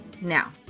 Now